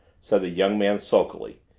said the young man sulkily.